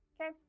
Okay